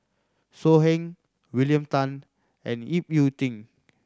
So Heng William Tan and Ip Yiu Tung